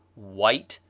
white,